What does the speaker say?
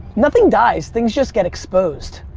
nothing dies things just get exposed.